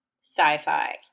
sci-fi